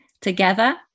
Together